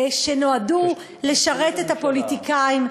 שנועדו לשרת את הפוליטיקאים,